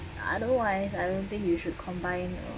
otherwise I don't think you should combine